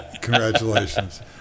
congratulations